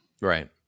Right